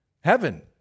Heaven